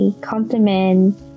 compliment